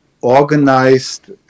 organized